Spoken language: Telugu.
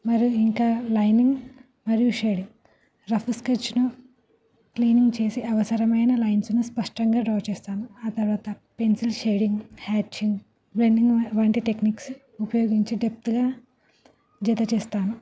మరి ఇంకా లైనింగ్ మరియు షేడింగ్ రఫ్ స్కెచ్ను క్లీనింగ్ చేసి అవసరమైన లైన్స్ను స్పష్టంగా డ్రా చేస్తాను ఆ తర్వాత పెన్సిల్ షేడింగ్ ఎచ్చింగ్ బ్లెండింగ్ వంటి టెక్నిక్స్ ఉపయోగించి డెప్త్గా జత చేస్తాను